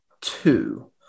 two